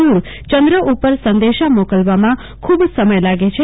દુર ચંદ્ર ઉપર સંદેશા મોકલવામાં ખબ સમય લાગે છે